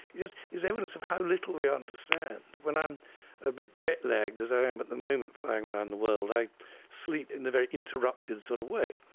it is is evidence of how little we understand. when i'm a bit jetlagged, as i am at the moment, flying around the world, i sleep in a very interrupted sort of way,